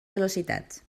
velocitats